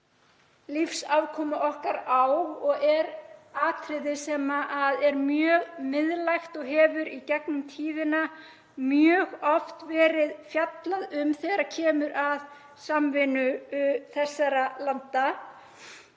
lífsafkomu okkar á, og er atriði sem er mjög miðlægt og hefur í gegnum tíðina mjög oft verið fjallað um þegar kemur að samvinnu þessara landa.